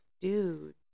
dude